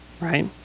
right